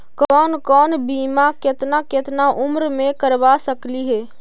कौन कौन बिमा केतना केतना उम्र मे करबा सकली हे?